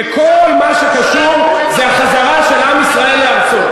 וכל מה שקשור זה החזרה של עם ישראל לארצו.